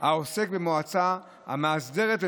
העוסק במועצה המאסדרת.